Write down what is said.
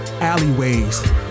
alleyways